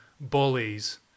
bullies